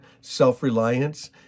self-reliance